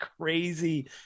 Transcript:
crazy